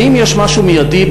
האם יש משהו מיידי,